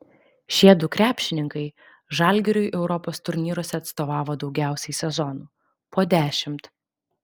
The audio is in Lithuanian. šiedu krepšininkai žalgiriui europos turnyruose atstovavo daugiausiai sezonų po dešimt